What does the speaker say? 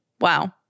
Wow